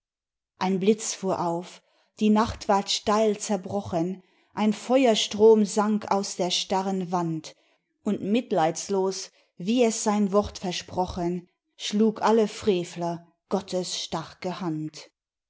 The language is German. ein blitz fuhr auf die nacht ward steil zerbrochen ein feuerstrom sank aus der starren wand und mitleidslos wie es sein wort versprochen schlug alle frevler gottes starke hand